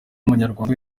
munyarwanda